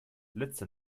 letzte